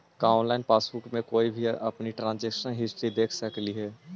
का online passbook में कोई भी आपकी ट्रांजेक्शन हिस्ट्री देख सकली हे